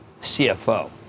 cfo